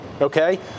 okay